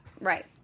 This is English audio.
right